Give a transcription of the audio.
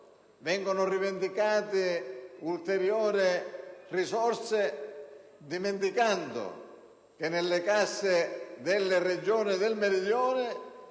vengono rivendicate ulteriori risorse dimenticando che nelle casse delle Regioni del Meridione